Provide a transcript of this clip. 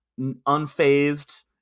unfazed